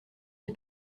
n’y